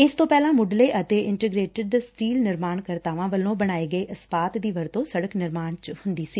ਇਹ ਪਹਿਲਾਂ ਮੁਢਲੇ ਅਤੇ ਅਤੇ ਇਨਟੈਗਰੇਟਡ ਸਟੀਲ ਨਿਰਮਾਣ ਕਰਤਾਵਾਂ ਵਲੋਂ ਬਣਾਏ ਗਏ ਇਸਪਾਤ ਦੀ ਵਰਤੋਂ ਸਤਕ ਨਿਰਮਾਣ 'ਚ ਹੁੰਦੀ ਸੀ